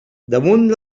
damunt